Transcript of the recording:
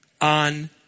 on